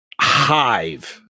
hive